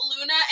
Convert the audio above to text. Luna